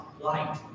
light